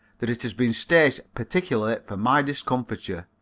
that it has been staged particularly for my discomforture,